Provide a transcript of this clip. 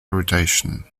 irritation